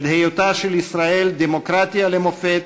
את היותה של ישראל דמוקרטיה למופת,